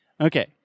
Okay